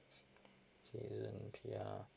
okay